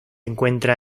encuentra